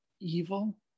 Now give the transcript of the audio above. evil